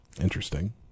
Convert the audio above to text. interesting